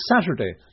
Saturday